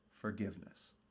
Forgiveness